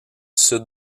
sud